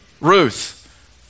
Ruth